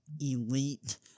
elite